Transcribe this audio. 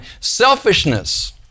selfishness